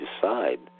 decide